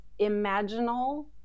imaginal